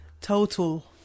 total